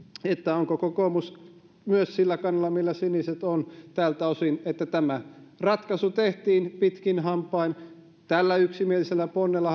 onko myös kokoomus sillä kannalla millä siniset on tältä osin eli että tämä ratkaisu tehtiin pitkin hampain hallituksen sisällä tällä yksimielisellä ponnella